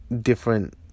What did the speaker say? different